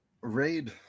raid